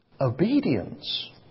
obedience